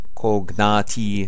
cognati